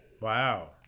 Wow